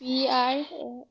P R A